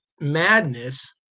madness